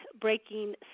breaking